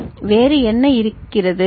எனவே வேறு என்ன இருக்கிறது